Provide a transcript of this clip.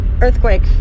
Earthquake